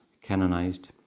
canonized